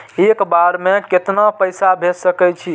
एक बार में केतना पैसा भेज सके छी?